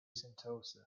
sentosa